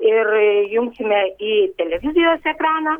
ir jungsime į televizijos ekraną